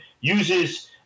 uses